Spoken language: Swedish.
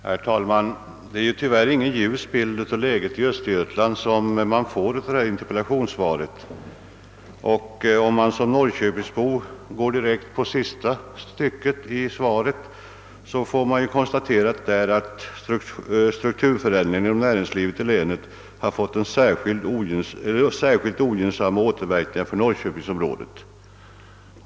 Herr talman! Det är ju tyvärr ingen ljus bild av läget i Östergötland interpellationssvaret ger, och om man som norrköpingsbo går direkt på sista stycket i svaret får man där konstaterat, att strukturförändringen inom länets näringsliv haft särskilt ogynnsamma verkningar för norrköpingsområdet.